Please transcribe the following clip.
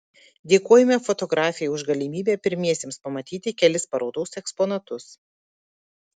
dėkojame fotografei už galimybę pirmiesiems pamatyti kelis parodos eksponatus